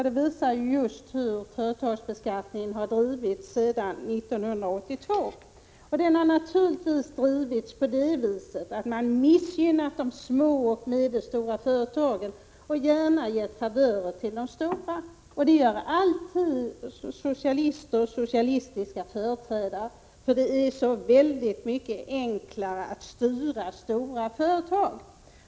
Det visar just hur frågan om företagsbeskattningen har drivits sedan 1982, nämligen på det viset att man missgynnat de små och medelstora företagen och gärna gett favörer till de stora. Det gör alltid socialister och socialistiska företrädare. Det är så väldigt mycket enklare att styra stora företag.